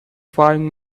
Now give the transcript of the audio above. faring